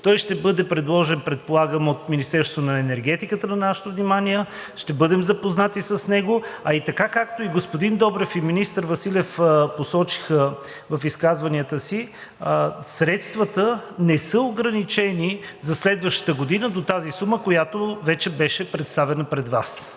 той ще бъде предложен, предполагам, от Министерството на енергетиката на нашето внимание, ще бъдем запознати с него, а и така както и господин Добрев, и министър Василев посочиха в изказванията си, средствата не са ограничени за следващата година до тази сума, която вече беше представена пред Вас.